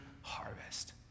harvest